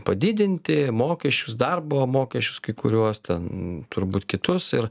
padidinti mokesčius darbo mokesčius kai kuriuos ten turbūt kitus ir